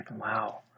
Wow